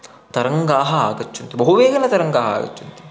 तरङ्गाः आगच्छन्ति बहु वेगेन तरङ्गाः आगच्छन्ति